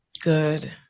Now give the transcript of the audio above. good